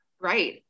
Right